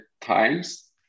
times